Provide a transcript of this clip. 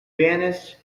banish